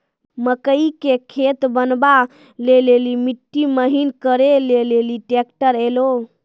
मकई के खेत बनवा ले ली मिट्टी महीन करे ले ली ट्रैक्टर ऐलो?